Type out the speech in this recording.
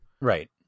right